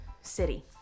city